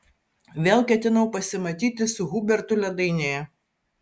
vėl ketinau pasimatyti su hubertu ledainėje